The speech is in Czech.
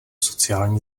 sociální